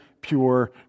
pure